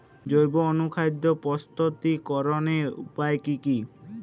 জৈব অনুখাদ্য প্রস্তুতিকরনের উপায় কী কী?